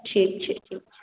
ठीक छै ठीक छै